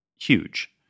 huge